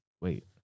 Wait